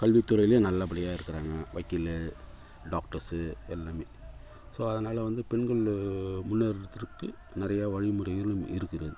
கல்வி துறைலேயும் நல்லபடியாக இருக்கிறாங்க வக்கீல் டாக்டர்ஸு எல்லாமே ஸோ அதனால் வந்து பெண்கள் முன்னேற்றத்துக்கு நிறைய வழிமுறைகளும் இருக்கிறது